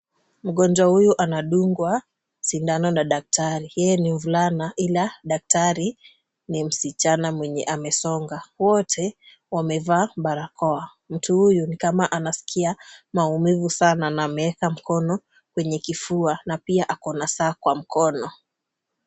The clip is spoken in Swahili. Mgonjwa huyu anadungwa sindano na daktari. Yeye ni mvulana ila daktari ni msichana mwenye amesonga. Wote wamevaa barakoa. Mtu huyu ni kama anasikia mauvivu saana na ameweka mkono kwenye kifua na pia ako na saa kwa mkono.